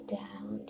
down